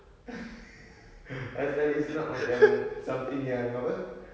pasal it's not macam something yang apa